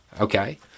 Okay